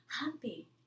happy